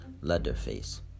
Leatherface